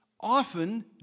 often